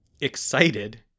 Excited